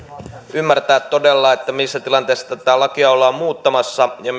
ymmärtää todella missä tilanteessa tätä lakia ollaan muuttamassa ja